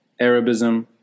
Arabism